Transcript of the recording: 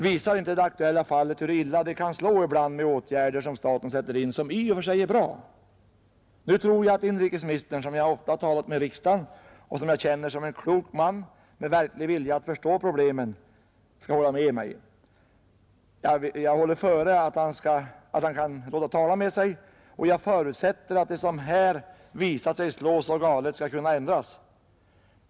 Visar inte det aktuella fallet hur illa det ibland kan slå med åtgärder som staten sätter in — åtgärder som i och för sig är bra? Nu tror jag att inrikesministern, som jag ofta har talat med i riksdagen och som jag känner som en klok man, med verklig vilja att förstå problemen, skall hålla med mig. Jag utgåf från att han kan låta tala med sig, och jag förutsätter att det som här visat sig slå så galet skall kunna ändras.